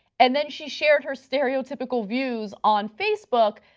and then she shared her stereotypical views on facebook,